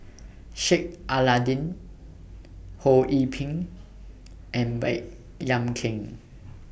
Sheik Alau'ddin Ho Yee Ping and Baey Yam Keng